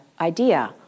idea